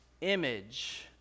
image